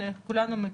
שכולנו מכירים.